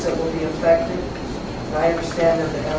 will be affected. and i understand that